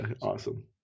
awesome